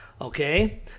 Okay